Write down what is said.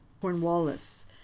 Cornwallis